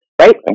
right